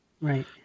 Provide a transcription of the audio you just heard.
right